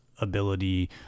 ability